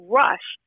rush